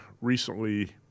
recently